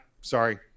sorry